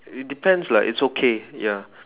it depends lah it's okay ya